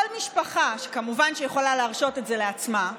כל משפחה, כמובן זו שיכולה להרשות את זה לעצמה,